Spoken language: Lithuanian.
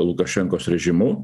lukašenkos režimu